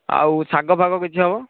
ଆଉ ଶାଗ ଫାଗ କିଛି ହେବ